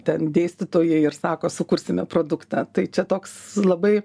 ten dėstytojai ir sako sukursime produktą tai čia toks labai